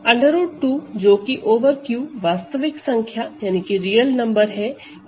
√2 जो कि over Q वास्तविक संख्या है की डिग्री क्या है